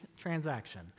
transaction